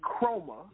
chroma